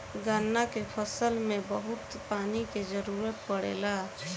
गन्ना के फसल में बहुत पानी के जरूरत पड़ेला